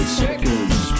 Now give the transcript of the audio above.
seconds